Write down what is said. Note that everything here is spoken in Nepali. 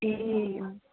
ए अँ